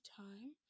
time